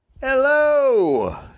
Hello